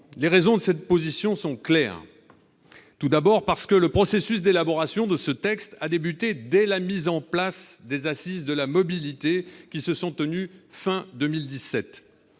Les raisons de cette position sont claires : tout d'abord, parce que le processus d'élaboration de ce texte a débuté dès la mise en place des Assises nationales de la mobilité, qui se sont tenues à la